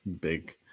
big